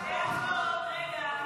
סעיף 1 נתקבל.